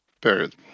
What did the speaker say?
Period